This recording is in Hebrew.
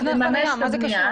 לממש את הבנייה